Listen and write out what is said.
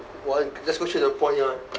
one just go straight to the point ya